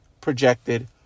projected